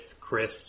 Chris